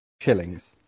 shillings